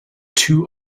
two